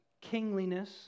kingliness